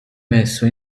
messo